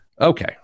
Okay